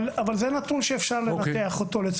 זה נתון שאפשר לנתח אותו.